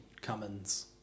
Cummins